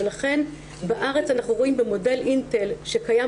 ולכן בארץ אנחנו רואים במודל אינטל שקיים